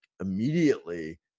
immediately